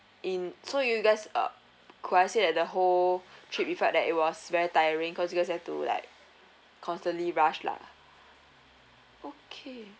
in so you guys ugh could I said that the whole trip you felt that it was very tiring cause you guys have to like constantly rush lah okay